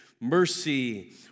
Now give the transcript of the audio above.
mercy